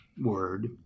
word